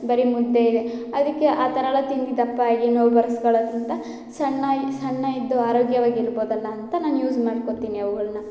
ಬರಿ ಮುದ್ದೆ ಇದೆ ಅದಕ್ಕೆ ಆ ಥರದೆಲ್ಲ ತಿಂದು ದಪ್ಪಾಗಿ ನೋವು ಬರ್ಸ್ಕೊಳೋದ್ಗಿಂತ ಸಣ್ಣಾಗಿ ಸಣ್ಣ ಇದ್ದು ಆರೋಗ್ಯವಾಗಿರ್ಬೋದು ಅಲ್ಲಾಂತ ನಾನು ಯೂಸ್ ಮಾಡ್ಕೊತೀನಿ ಅವ್ಗಳನ್ನ